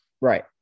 Right